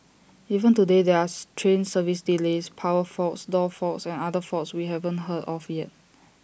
even today there are strain service delays power faults door faults and other faults we haven't heard of yet